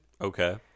Okay